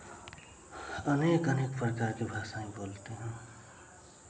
अनेक अनेक प्रकार की भाषाएं बोलते हैं